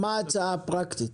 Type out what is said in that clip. מה ההצעה הפרקטית?